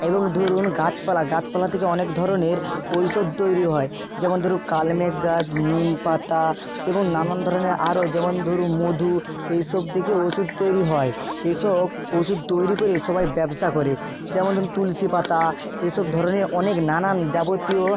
এবং ধরুন গাছপালা গাছপালা থেকে অনেক ধরনের ঔষদ তৈরি হয় যেমন ধরু কালমেঘ গাছ নিম পাতা এবং নানান ধরনের আরও যেমন ধরুন মধু এই সব দেখে ওষুদ তৈরি হয় এসব ওষুদ তৈরি করে সবাই ব্যবসা করে যেমন ধরুন তুলসী পাতা এসব ধরনের অনেক নানান যাবতীয়